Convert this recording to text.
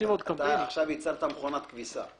עכשיו ייצרת מכונת כביסה,